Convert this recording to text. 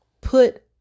put